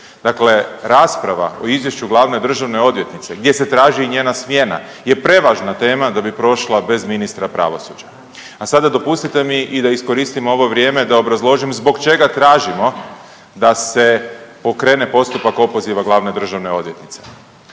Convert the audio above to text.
Dakle, rasprava o izvješću glavne državne odvjetnice gdje se traži njena smjena je prevažna tema da bi prošla bez ministra pravosuđa. A sada dopustite mi i da iskoristim ovo vrijeme da obrazložim zbog čega tražimo da se pokrene postupak opoziva glavne državne odvjetnice.